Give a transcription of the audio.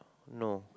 no